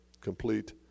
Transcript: complete